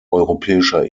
europäischer